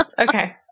Okay